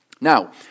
Now